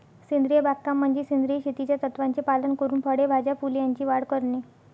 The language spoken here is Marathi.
सेंद्रिय बागकाम म्हणजे सेंद्रिय शेतीच्या तत्त्वांचे पालन करून फळे, भाज्या, फुले यांची वाढ करणे